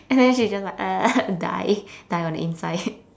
and then she's just like die die only sigh